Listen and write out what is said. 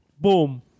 boom